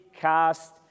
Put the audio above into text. cast